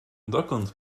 dokąd